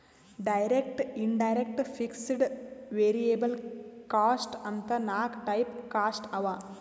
direct, indirect, fixed, variable cost ಅಂತ್ ನಾಕ್ type cost ಅವಾ